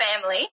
family